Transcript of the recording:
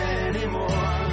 anymore